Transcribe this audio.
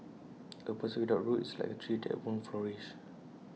A person without roots is like A tree that won't flourish